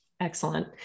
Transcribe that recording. Excellent